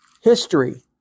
History